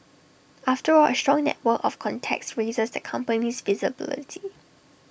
after all A strong network of contacts raises the company's visibility